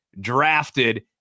drafted